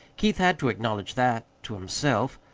keith had to acknowledge that to himself.